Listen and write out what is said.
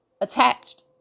Attached